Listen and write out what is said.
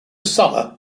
summer